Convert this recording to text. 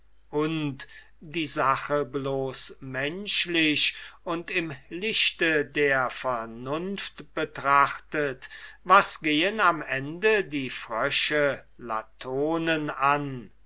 und die sache bloß menschlich und im lichte der vernunft betrachtet was gehen am ende die frösche latonen an